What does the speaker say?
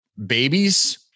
babies